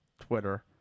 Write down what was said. twitter